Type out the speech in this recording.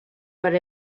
per